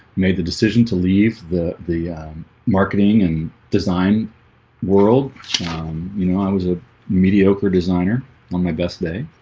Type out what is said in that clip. made the decision to leave the the marketing and design world you know, i was a mediocre designer on my best day